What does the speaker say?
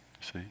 See